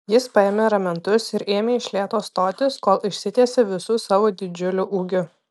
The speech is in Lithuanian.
jis paėmė ramentus ir ėmė iš lėto stotis kol išsitiesė visu savo didžiuliu ūgiu